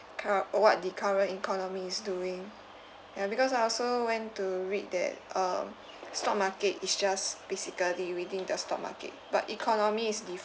cur~ or what the current economy is doing ya because I also went to read that um stock market is just basically within the stock market but economy is